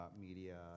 media